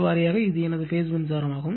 B வாரியாக இது எனது பேஸ் மின்சாரமாகும்